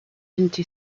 into